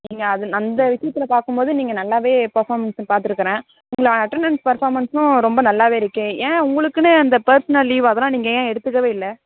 நீங்கள் அது அந்த விஷயத்தில் பார்க்கும்போது நீங்கள் நல்லாவே பெர்ஃபாமென்ஸ் பார்த்துருக்கறேன் உங்களோடய அட்டனன்ஸ் பெர்ஃபாமென்ஸ்ஸும் ரொம்ப நல்லாவே இருக்குது ஏன் உங்களுக்குன்னு அந்த பெர்சனல் லீவ் அதெலாம் நீங்கள் ஏன் எடுத்துக்கவே இல்லை